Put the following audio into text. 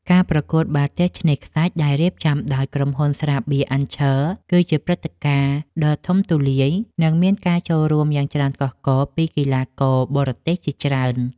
ការប្រកួតបាល់ទះឆ្នេរខ្សាច់ដែលរៀបចំដោយក្រុមហ៊ុនស្រាបៀរអាន់ឆ័រ គឺជាព្រឹត្តិការណ៍ដ៏ធំទូលាយ និង មានការចូលរួមយ៉ាងច្រើនកុះករពីកីឡាករបរទេសជាច្រើន។